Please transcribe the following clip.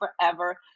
forever